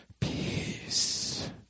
peace